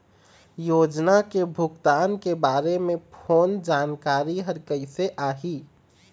योजना के भुगतान के बारे मे फोन जानकारी हर कइसे आही?